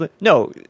no